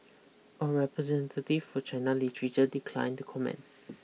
a representative for China Literature declined to comment